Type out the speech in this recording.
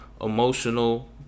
emotional